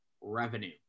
revenue